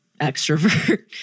extrovert